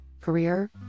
Career